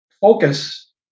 focus